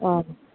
ও